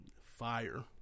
Fire